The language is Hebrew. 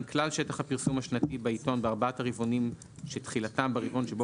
כלל שטח הפרסום השנתי בעיתון בארבעת הרבעונים שתחילתם ברבעון שבו